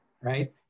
right